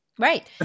Right